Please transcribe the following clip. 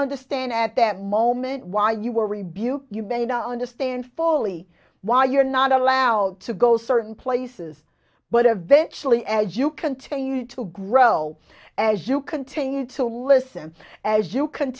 understand at that moment why you were rebuke you may not understand fully why you're not allowed to go certain places but eventually as you continue to grow as you continue to listen as you c